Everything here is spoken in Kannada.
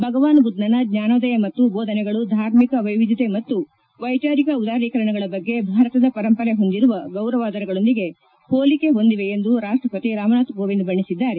ಭಗವಾನ್ ಬುದ್ದನ ಜ್ವಾನೋದಯ ಮತ್ತು ಬೋಧನೆಗಳು ಧಾರ್ಮಿಕ ವೈವಿಧ್ಯತೆ ಮತ್ತು ವೈಚಾರಿಕ ಉದಾರೀಕರಣಗಳ ಬಗ್ಗೆ ಭಾರತದ ಪರಂಪರೆ ಹೊಂದಿರುವ ಗೌರವಾದರಗಳೊಂದಿಗೆ ಹೋಲಿಕೆ ಹೊಂದಿವೆ ಎಂದು ರಾಷ್ಟಪತಿ ರಾಮನಾಥ್ ಕೋವಿಂದ್ ಬಣ್ಣಿಸಿದ್ದಾರೆ